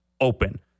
open